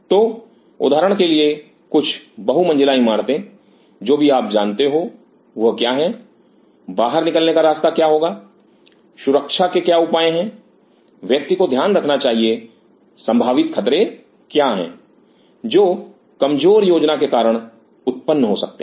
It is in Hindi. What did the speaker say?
तो उदाहरण के लिए कुछ बहुमंजिला इमारतें जो भी आप जानते हो वह क्या है बाहर निकलने का रास्ता क्या होगा सुरक्षा के क्या उपाय हैं व्यक्ति को ध्यान रखना चाहिए संभावित खतरे क्या हैं जो कमजोर योजना के कारण उत्पन्न हो सकते हैं